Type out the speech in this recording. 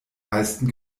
meisten